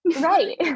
right